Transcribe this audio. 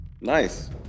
Nice